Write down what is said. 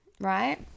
right